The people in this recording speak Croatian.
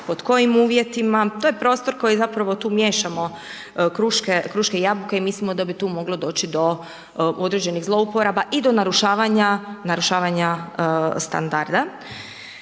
pod kojim uvjetima, to je prostor koji zapravo tu miješamo kruške i jabuke i mislimo da bi tu moglo doći do određenih zlouporaba i do narušavanja standarda